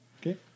Okay